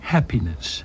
Happiness